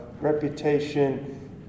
reputation